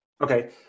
okay